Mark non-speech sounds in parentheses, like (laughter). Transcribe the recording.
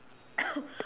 (coughs)